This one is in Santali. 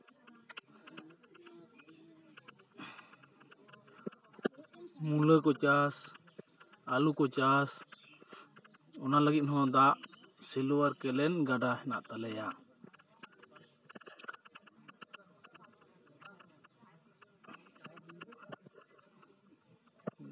ᱢᱩᱞᱟᱹ ᱠᱚ ᱪᱟᱥ ᱟᱹᱞᱩ ᱠᱚ ᱪᱟᱥ ᱚᱱᱟ ᱞᱟᱹᱜᱤᱫ ᱦᱚᱸ ᱫᱟᱜ ᱥᱮᱞᱳ ᱟᱨ ᱠᱮᱞᱮᱱ ᱜᱟᱰᱟ ᱦᱮᱱᱟᱜ ᱛᱟᱞᱮᱭᱟ